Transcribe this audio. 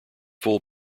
full